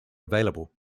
available